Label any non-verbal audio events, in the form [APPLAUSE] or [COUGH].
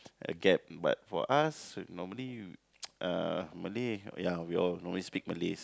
a gap but for us normally [NOISE] uh Malay ya we all normally speak Malays